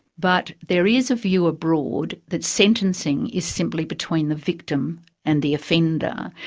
but there is a view abroad that sentencing is simply between the victim and the offender.